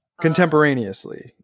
Contemporaneously